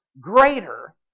greater